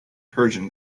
persian